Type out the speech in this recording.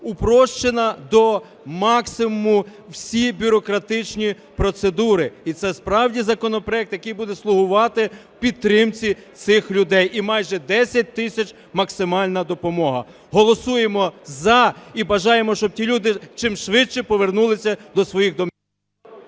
Упрощено до максимуму всі бюрократичні процедури. І це справді законопроект, який буде слугувати підтримці цих людей. І майже 10 тисяч максимальна допомога. Голосуємо "за" і бажаємо, щоб ті люди чимшвидше повернулися до своїх…